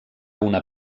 una